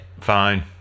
Fine